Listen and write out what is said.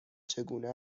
چگونه